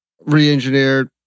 re-engineered